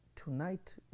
Tonight